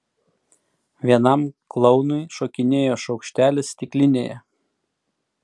vienam klounui šokinėjo šaukštelis stiklinėje